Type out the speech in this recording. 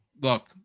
look